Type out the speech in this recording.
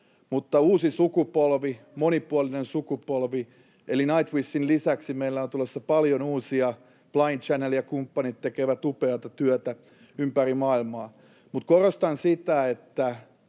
Mutta uudesta sukupolvesta, monipuolisesta sukupolvesta — eli Nightwishin lisäksi — meillä on tulossa paljon uusia. Blind Channel ja kumppanit tekevät upeata työtä ympäri maailmaa. Korostan sitä, että